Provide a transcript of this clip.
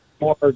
more